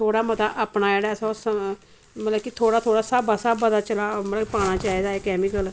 गी थोह्ड़ा मता अपना मतलब की थोह्ड़ा थोह्ड़ा स्हाबा स्हाबा दा मतलब कि पाना चाहिदा एह् कैमिकल